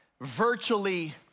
Virtually